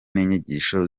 n’inyigisho